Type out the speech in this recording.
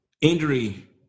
injury